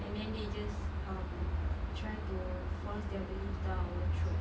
and then they just um try to force their beliefs down our throats